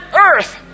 Earth